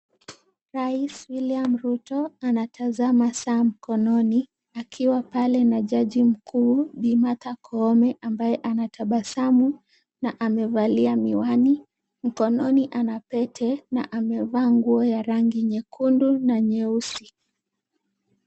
Rais William Ruto anatazama saa mkononi, akiwa pale na jaji mkuu, Bi. Martha Koome ambaye anatabasamu na amevalia miwani. Mkononi ana pete na amevaa nguo ya rangi nyekundu na nyeusi.